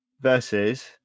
Versus